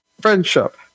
friendship